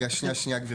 רגע, שנייה גברתי.